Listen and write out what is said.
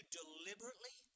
deliberately